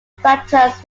franchise